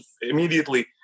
immediately